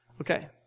Okay